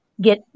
get